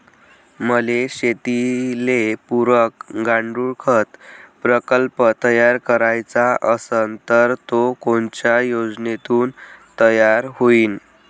मले शेतीले पुरक गांडूळखत प्रकल्प तयार करायचा असन तर तो कोनच्या योजनेतून तयार होईन?